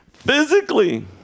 Physically